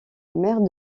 mère